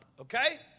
Okay